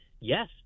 yes